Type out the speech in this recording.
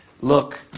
look